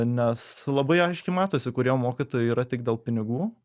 nes labai aiškiai matosi kurie mokytojai yra tik dėl pinigų